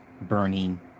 burning